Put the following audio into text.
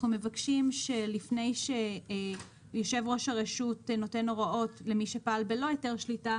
מבקשים שלפני שיו"ר הרשות יתן הוראות למי שפעל בלא היתר שליטה,